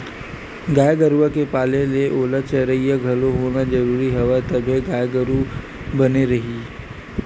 गाय गरुवा के पाले ले ओला चरइया घलोक होना जरुरी हवय तभे गाय गरु ह बने रइही